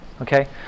okay